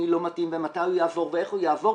מי לא מתאים ומתי הוא יעבור ואיך הוא יעבור,